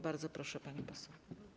Bardzo proszę, pani poseł.